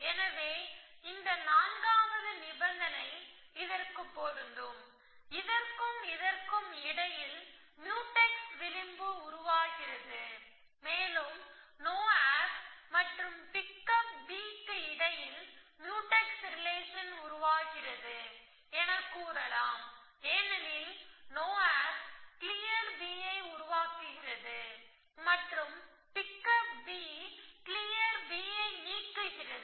எனவே இந்த நான்காவது நிபந்தனை இதற்குப் பொருந்தும் இதற்கும் இதற்கும் இடையில் முயூடெக்ஸ் விளிம்பு உருவாகிறது மேலும் நோ ஆப் மற்றும் பிக்கப் B க்கு இடையில் முயூடெக்ஸ் ரிலேஷன் உருவாகிறது என கூறலாம் ஏனெனில் நோ ஆப் கிளியர் B ஐ உருவாக்குகிறது மற்றும் பிக்கப் B கிளியர் B ஐ நீக்குகிறது